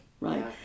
Right